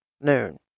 noon